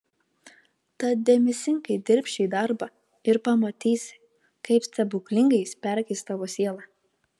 tad dėmesingai dirbk šį darbą ir pamatysi kaip stebuklingai jis perkeis tavo sielą